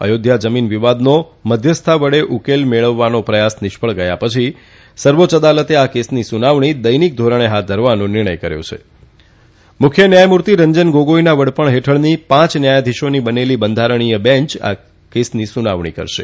અયોધ્યા જમીન વિવાદનો મધ્યસ્થતા વડે ઉકેલ મેળવવાનો પ્રથાસ નિષ્ફળ ગયા પછી સર્વોચ્ય અદાલતે આ કેસની સુનાવણી દૈનિક ધોરણે હાથ ધરવાનો નિર્ણય કર્યો હાં મુખ્ય ન્યાયમૂર્તિ રંજન ગોગોઇનના વડપણ હેઠળની પાંચ ન્યાયાધીશોની બનેલી બંધારણીય બેંંચ આ કેસની સુનાવણી કરશે